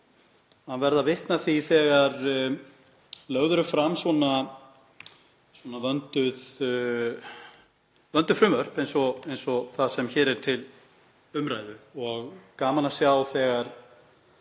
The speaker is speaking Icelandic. að verða vitni að því þegar lögð eru fram svona vönduð frumvörp eins og það sem hér er til umræðu og gaman að sjá þegar